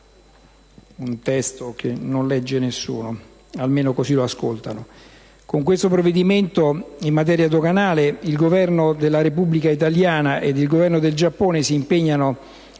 un testo che nessuno leggerà. In questo modo, almeno si ascolta. Con questo provvedimento in materia doganale il Governo della Repubblica italiana ed il Governo del Giappone si impegnano